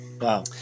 Wow